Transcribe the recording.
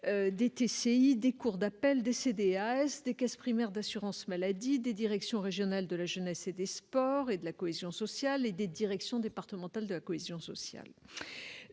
des TCI, des cours d'appel, des CDAS, des caisses primaires d'assurance maladie, des directions régionales de la jeunesse, des sports et de la cohésion sociale et des directions départementales de la cohésion sociale.